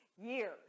years